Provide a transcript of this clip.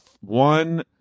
one